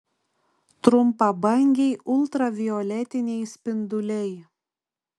trumpabangiai ultravioletiniai spinduliai